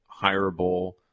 hireable